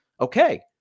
Okay